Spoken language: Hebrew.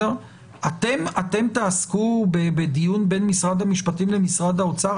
אתם תעסקו בדיון בין משרד המשפטים למשרד האוצר?